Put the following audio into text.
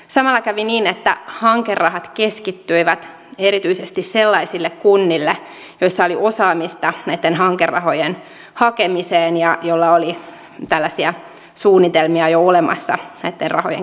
samalla kävi niin että hankerahat keskittyivät erityisesti sellaisiin kuntiin joissa oli osaamista näitten hankerahojen hakemiseen ja joilla oli jo olemassa tällaisia suunnitelmia näitten rahojen käyttämiseen